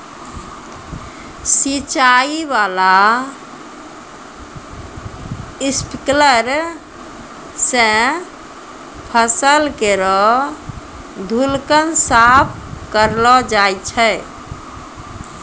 सिंचाई बाला स्प्रिंकलर सें फसल केरो धूलकण साफ करलो जाय छै